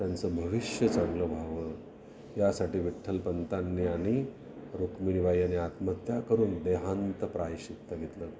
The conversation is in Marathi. त्यांचं भविष्य चांगलं भावं यासाठी विठ्ठलपंंतांनी आणि रुक्मिणीवहिनीने आत्महत्या करून देहान्त प्रायश्चित्त घेतलं